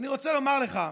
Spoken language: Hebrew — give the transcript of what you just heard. אני רוצה לומר לך,